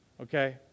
okay